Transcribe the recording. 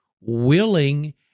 willing